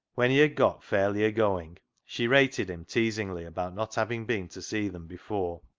when he had got fairly agoing, she rated him teasingly about not having been to see them before,